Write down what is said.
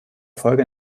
folge